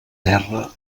terra